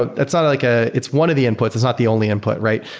but it's ah like ah it's one of the inputs. it's not the only input, right?